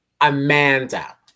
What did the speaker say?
Amanda